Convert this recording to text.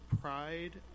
pride